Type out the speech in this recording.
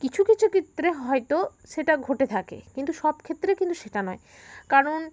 কিছু কিছু ক্ষেত্রে হয়তো সেটা ঘটে থাকে কিন্তু সব ক্ষেত্রে কিন্তু সেটা নয় কারণ